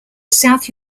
south